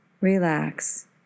relax